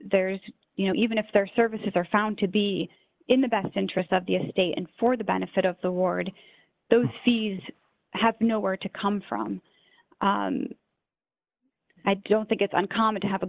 there's you know even if their services are found to be in the best interest of the state and for the benefit of the ward those fees have nowhere to come from i don't think it's uncommon to have a